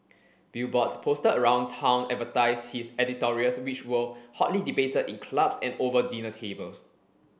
billboards posted around town advertised his editorials which were hotly debated in clubs and over dinner tables